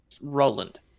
Roland